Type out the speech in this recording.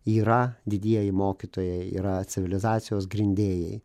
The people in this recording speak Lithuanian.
yra didieji mokytojai yra civilizacijos grindėjai